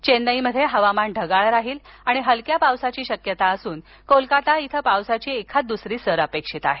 चेन्नईमध्ये हवामान ढगाळ राहील आणि हलक्या पावसाची शक्यता असून कोलकाता इथं पावसाची एखाददुसरी सर अपेक्षित आहे